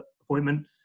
appointment